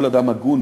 כל אדם הגון,